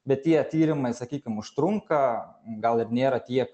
bet tie tyrimai sakykim užtrunka gal ir nėra tiek